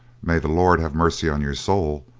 may the lord have mercy on your soul,